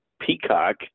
Peacock